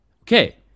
Okay